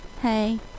hey